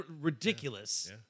ridiculous